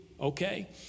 Okay